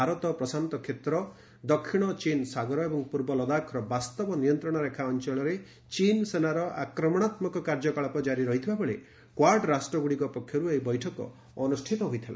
ଭାରତ ପ୍ରଶାନ୍ତ କ୍ଷେତ୍ର ଦକ୍ଷିଣ ଚୀନ୍ ସାଗର ଏବଂ ପୂର୍ବ ଲଦାଖର ବାସ୍ତବ ନିୟନ୍ତ୍ରଣରେଖା ଅଞ୍ଚଳରେ ଚୀନ୍ ସେନାର ଆକ୍ରମଣାତ୍ମକ କାର୍ଯ୍ୟକଳାପ କାରି ରହିଥିବାବେଳେ କ୍ୱାଡ୍ ରାଷ୍ଟ୍ରଗୁଡିକ ପକ୍ଷରୁ ଏହି ବୈଠକ ଅନୁଷ୍ଠିତ ହୋଇଥିଲା